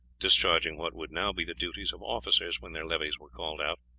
discharging what would now be the duties of officers when their levies were called out,